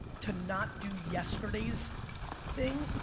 to not do yesterday's thing,